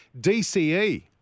DCE